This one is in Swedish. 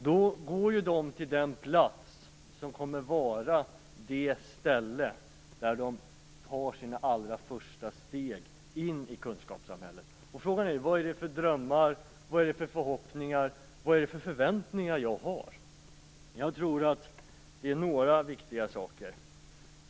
De gick då till den plats där de tar sina allra första steg in i kunskapssamhället. Frågan är vilka drömmar, förhoppningar och förväntningar jag har. Jag tror att det finns några viktiga saker.